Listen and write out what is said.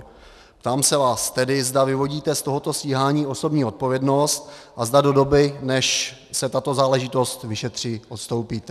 Ptám se vás tedy, zda vyvodíte z tohoto stíhání osobní odpovědnost a zda do doby, než se tato záležitost vyšetří, odstoupíte.